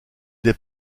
des